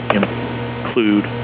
include